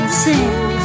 sing